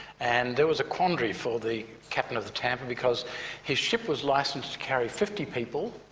and there was a quandary for the captain of the tampa because his ship was licensed to carry fifty people,